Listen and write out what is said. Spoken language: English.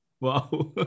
Wow